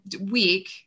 week